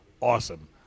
awesome